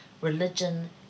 religion